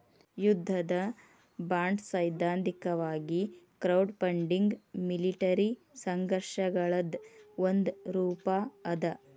ಯುದ್ಧದ ಬಾಂಡ್ಸೈದ್ಧಾಂತಿಕವಾಗಿ crowdfunding military ಸಂಘರ್ಷಗಳದ್ ಒಂದ ರೂಪಾ ಅದ